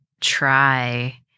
try